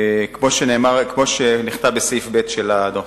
כמו שנכתב בסעיף ב' של הדוח.